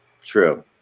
True